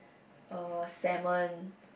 uh salmon